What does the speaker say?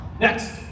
Next